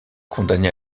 condamnée